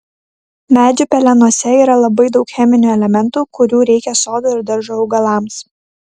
medžių pelenuose yra labai daug cheminių elementų kurių reikia sodo ir daržo augalams